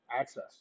access